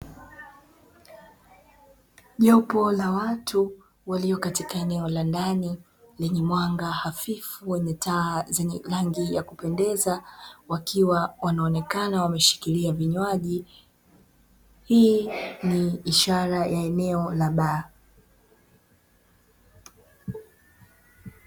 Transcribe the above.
Jopo la watu walio katika eneo la ndani lenye mwanga hafifu wenye taa zenye rangi ya kupendeza wakiwa wanaonekana wameshikilia vinywaji. Hii ni ishara ya eneo la baa.